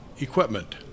equipment